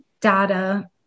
data